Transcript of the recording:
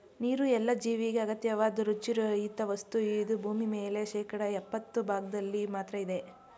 ನೀರುಎಲ್ಲ ಜೀವಿಗೆ ಅಗತ್ಯವಾದ್ ರುಚಿ ರಹಿತವಸ್ತು ಇದು ಭೂಮಿಮೇಲೆ ಶೇಕಡಾ ಯಪ್ಪತ್ತು ಭಾಗ್ದಲ್ಲಿ ಮಾತ್ರ ಇದೆ